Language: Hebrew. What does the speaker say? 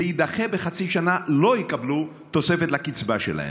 זה יידחה בחצי שנה, לא יקבלו תוספת לקצבה שלהם.